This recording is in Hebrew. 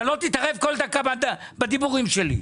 אתה לא תתערב כל דקה בדיבורים שלי.